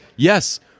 Yes